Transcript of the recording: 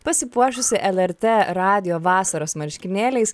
pasipuošusi lrt radijo vasaros marškinėliais